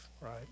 right